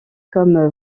comme